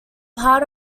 part